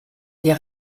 des